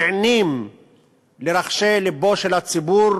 נענים לרחשי לבו של הציבור.